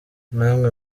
namwe